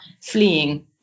fleeing